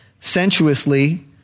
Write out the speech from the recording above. sensuously